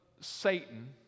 Satan